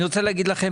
אני רוצה להגיד לכם